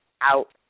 out